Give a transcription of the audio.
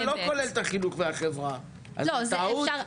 אבל 38 לא כולל את החינוך והחברה, אז זאת טעות?